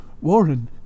Warren